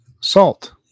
salt